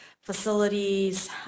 facilities